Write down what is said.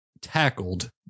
tackled